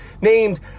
named